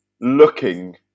looking